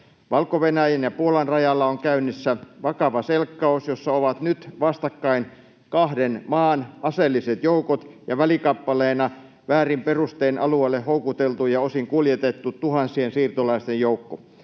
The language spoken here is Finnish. Valko-Venäjän ja Puolan rajalla on käynnissä vakava selkkaus, jossa ovat nyt vastakkain kahden maan aseelliset joukot ja välikappaleena väärin perustein alueelle houkuteltu ja osin kuljetettu tuhansien siirtolaisten joukko.